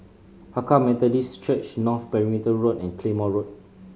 Hakka Methodist Church North Perimeter Road and Claymore Road